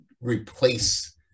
replace